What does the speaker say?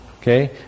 okay